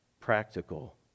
practical